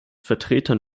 vertretern